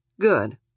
Good